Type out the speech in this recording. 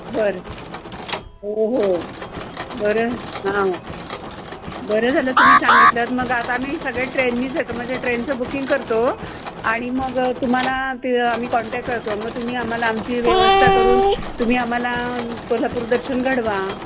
बरं हो हो बरं हा बरं झालं तुम्ही सांगितलंत मग आता आम्ही सगळ्या ट्रेननेच येतो म्हणजे ट्रेनचं बुकिंग करतो आणि मग तुम्हाला ते आम्ही कॉन्टॅक्ट करतो मग तुम्ही आम्हाला आमची व्यवस्था करून तुम्ही आम्हाला कोल्हापूर दर्शन घडवा